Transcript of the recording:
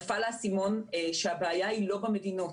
נפל האסימון שהבעיה היא לא במדינות,